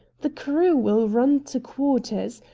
the crew will run to quarters.